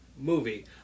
movie